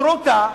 טרוטה,